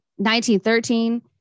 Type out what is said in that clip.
1913